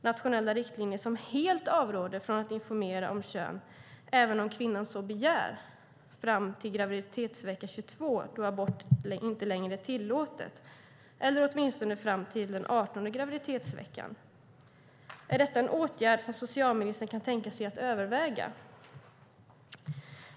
nationella riktlinjer som helt avråder från att informera om kön även om kvinnan så begär fram till graviditetsvecka 22 då abort inte längre är tillåtet, eller åtminstone fram till den 18:e graviditetsveckan. Är detta en åtgärd som socialministern kan tänka sig att överväga?